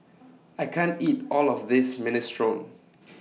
I can't eat All of This Minestrone